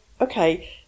okay